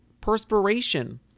perspiration